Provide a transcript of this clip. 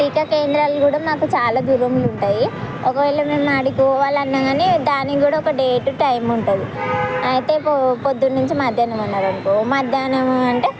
టీకా కేంద్రాలు కూడా నాకు చాలా దూరం ఉంటాయి ఒకవేళ మేము ఆడకి పోవాలన్నా కానీ దాన్ని కూడా ఒక డేటు టైం ఉంటుంది అయితే పొద్దున్న నుంచి మధ్యాహ్నం ఉన్నారు అనుకో మధ్యాహ్నము అంటే